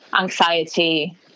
anxiety